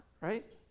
right